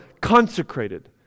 consecrated